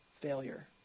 failure